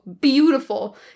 beautiful